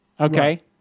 Okay